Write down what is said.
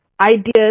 ideas